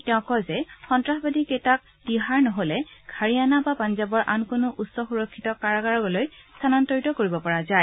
তেওঁ কয় যে সন্ত্ৰাসবাদীকেইটাক তিহাৰ নহলে হাৰিয়ানা বা পাঞ্জাবৰ আন কোনো উচ্চ সুৰক্ষিত কাৰাগাৰলৈ স্থানান্তৰিত কৰিব পৰা যায়